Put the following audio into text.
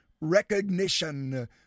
recognition